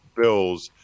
Bills